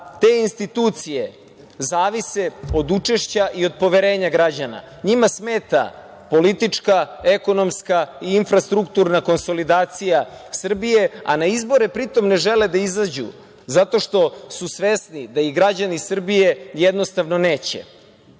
te institucije zavise od učešća i od poverenja građana. Njima smeta politička, ekonomska i infrastrukturna konsolidacija Srbije, a na izbore pri tom ne žele da izađu zato što su svesni da ih građani Srbije jednostavno neće. Pošto